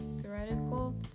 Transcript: theoretical